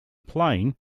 playing